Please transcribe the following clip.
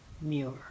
Muir